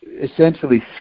essentially